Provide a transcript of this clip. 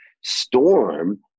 storm